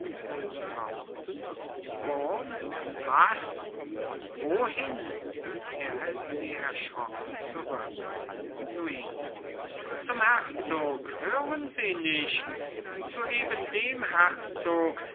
erschrocken zurück luise zum herzog hören sie nicht zu eben dem herzog